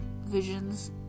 visions